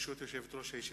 ברשות יושבת-ראש הישיבה,